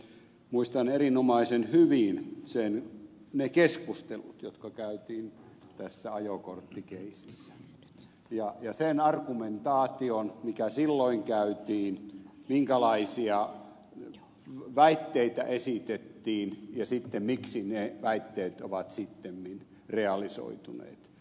muistan erinomaisen hyvin ne keskustelut jotka käytiin tässä ajokorttikeississä ja sen argumentaation mikä silloin käytiin minkälaisia väitteitä esitettiin ja sitten miksi ne väitteet ovat sittemmin realisoituneet